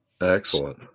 Excellent